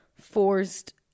forced